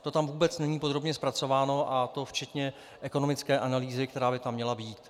To tam vůbec není podrobně zpracováno, a to včetně ekonomické analýzy, která by tam měla být.